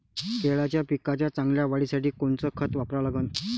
केळाच्या पिकाच्या चांगल्या वाढीसाठी कोनचं खत वापरा लागन?